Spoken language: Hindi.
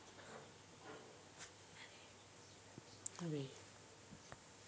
पॉलिनेशन की क्रिया में जो सहायक होते हैं उन्हें पोलिनेटर्स कहा जाता है